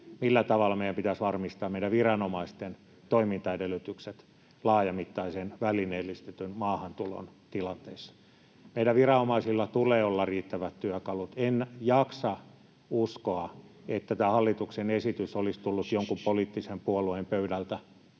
millä tavalla meidän pitäisi varmistaa meidän viranomaisten toimintaedellytykset laajamittaisen välineellistetyn maahantulon tilanteessa. Meidän viranomaisilla tulee olla riittävät työkalut. En jaksa uskoa, että tämä hallituksen esitys olisi tullut jonkun poliittisen puolueen pöydältä,